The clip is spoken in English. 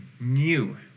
new